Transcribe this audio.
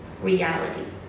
reality